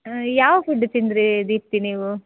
ಯಾವ ಫುಡ್ ತಿಂದಿರಿ ದೀಪ್ತಿ ನೀವು